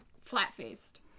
flat-faced